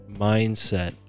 mindset